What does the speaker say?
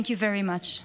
Thank you very much.